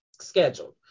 scheduled